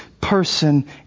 person